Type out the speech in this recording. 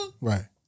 right